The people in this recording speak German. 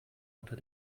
unter